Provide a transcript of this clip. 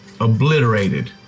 Obliterated